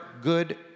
good